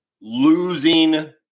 losing